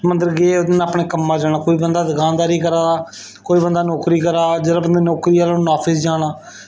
मंदर गे भी अपने कम्मै ई जाना कोई बंदा दुकानदारी करा दा कोई बंदा नौकरी करा दा ते जेह्ड़ा नौकरी आह्ला उन्ने ऑफिस जाना